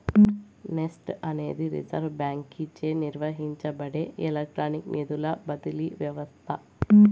NEFT అనేది reserve బాంకీచే నిర్వహించబడే ఎలక్ట్రానిక్ నిధుల బదిలీ వ్యవస్త